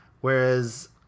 Whereas